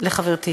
לחברתי